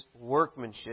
workmanship